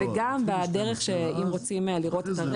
וגם הדרך שאם רוצים לראות את זה,